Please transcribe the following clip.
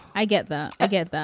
i get that. i get there,